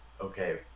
okay